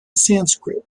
sanskrit